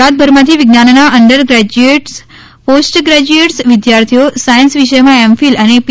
ગુજરાતભરમાંથી વિજ્ઞાનના undergraduates post graduates વિદ્યાર્થીઓ science વિષયમાં એમ ફીલ અને પી